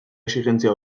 exijentzia